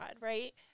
right